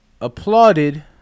applauded